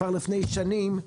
כבר לפני שנים,